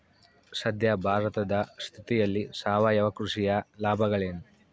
ಸದ್ಯ ಭಾರತದ ಸ್ಥಿತಿಯಲ್ಲಿ ಸಾವಯವ ಕೃಷಿಯ ಲಾಭಗಳೇನು?